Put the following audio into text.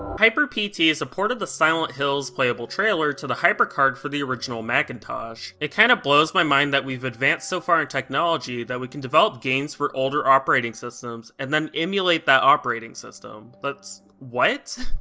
hyper p t. is a port of the silent hills playable trailer to the hypercard for the original macintosh. it kinda blows my mind that we've advanced so far in technology that we can develop games for older operating systems, and then emulate that operating system. that's, what?